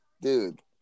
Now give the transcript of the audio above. dude